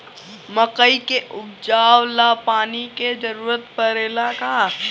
मकई के उपजाव ला पानी के जरूरत परेला का?